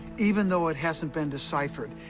even though it hasn't been deciphered,